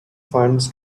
funds